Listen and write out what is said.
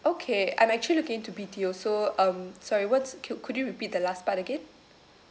okay I'm actually looking into B_T_O so um sorry what's cou~ could you repeat the last part again